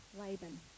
Laban